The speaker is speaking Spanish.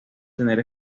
tener